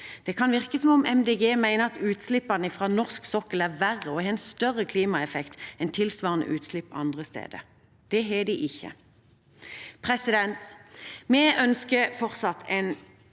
Det kan virke som om Miljøpartiet De Grønne mener at utslippene fra norsk sokkel er verre og har en større klimaeffekt enn tilsvarende utslipp andre steder. Det har de ikke. Vi ønsker fortsatt en